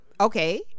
Okay